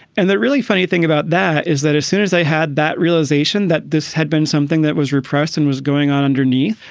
and that really funny thing about that is that as soon as i had that realization that this had been something that was repressed and was going on underneath,